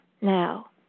Now